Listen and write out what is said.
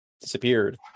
Disappeared